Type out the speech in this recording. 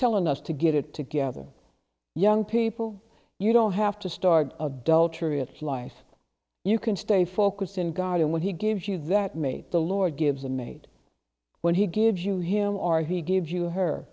telling us to get it together young people you don't have to start a dull tree of life you can stay focused in god and when he gives you that made the lord gives a mate when he gives you him or he gives you her